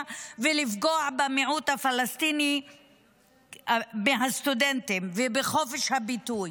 ולפגוע במיעוט הפלסטיני מהסטודנטים ובחופש הביטוי.